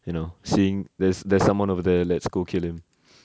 you know seeing there's there's someone over there let's go kill him